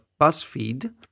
BuzzFeed